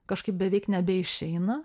kažkaip beveik nebeišeina